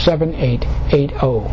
seven eight eight oh